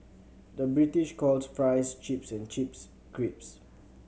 the British calls fries chips and chips crisps